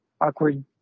awkward